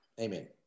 Amen